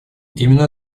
именно